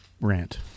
rant